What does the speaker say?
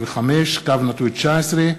שמספרה פ/1595/19,